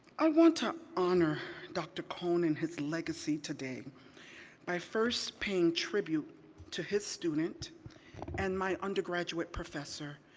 i want to honor dr. cone and his legacy today by first paying tribute to his student and my undergraduate professor,